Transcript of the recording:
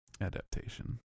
adaptation